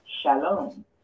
Shalom